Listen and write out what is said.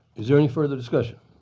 is there any further discussion?